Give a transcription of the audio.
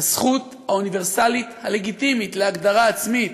בזכות האוניברסלית הלגיטימית להגדרה עצמית,